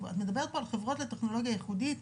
את מדברת על חברות לטכנולוגיה ייחודית.